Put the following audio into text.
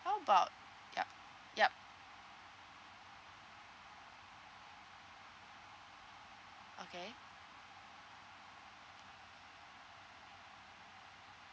how about yup yup okay